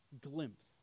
glimpse